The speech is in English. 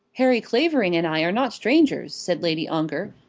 harry clavering and i are not strangers, said lady ongar,